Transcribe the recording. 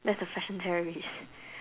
that's the fashion terrorist